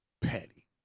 petty